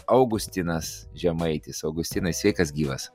augustinas žemaitis augustinai sveikas gyvas